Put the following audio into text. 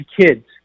kids